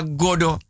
godo